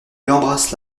embrasse